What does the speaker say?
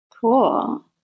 Cool